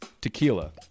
tequila